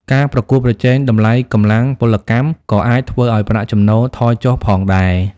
ការប្រកួតប្រជែងតម្លៃកម្លាំងពលកម្មក៏អាចធ្វើឱ្យប្រាក់ចំណូលថយចុះផងដែរ។